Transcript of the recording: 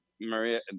Maria